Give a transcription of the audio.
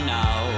now